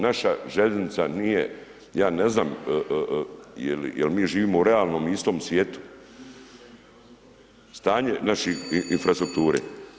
Jer naša željeznica nije, ja ne znam jel mi živimo u realnom i istom svijetu, stanje naših infrastrukture.